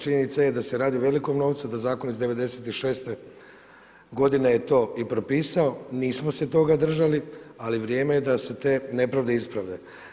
Činjenica je da se radi o velikom novcu, da zakon iz '96. godine je to i propisao, nismo se toga držali, ali vrijeme je da se te nepravde isprave.